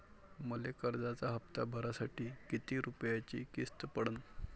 मले कर्जाचा हप्ता भरासाठी किती रूपयाची किस्त पडन?